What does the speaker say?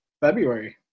February